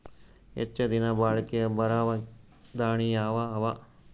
ಹೆಚ್ಚ ದಿನಾ ಬಾಳಿಕೆ ಬರಾವ ದಾಣಿಯಾವ ಅವಾ?